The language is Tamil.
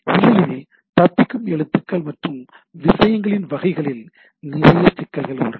இல்லையெனில் தப்பிக்கும் எழுத்துக்கள் மற்றும் விஷயத்தின் வகைகளில் நிறைய சிக்கல்கள் இருக்கும்